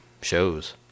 shows